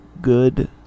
good